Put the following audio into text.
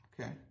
Okay